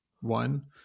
one